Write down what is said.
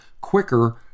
quicker